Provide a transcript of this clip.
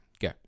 Go